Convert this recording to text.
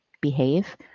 behave